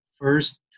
first